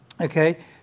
Okay